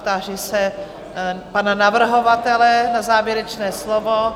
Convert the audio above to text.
Táži se pana navrhovatele na závěrečné slovo.